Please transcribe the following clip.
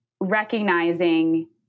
recognizing